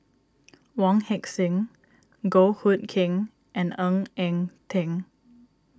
Wong Heck Sing Goh Hood Keng and Ng Eng Teng